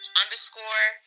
underscore